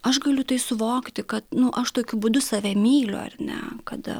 aš galiu tai suvokti kad nu aš tokiu būdu save myliu ar ne kada